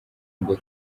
ngo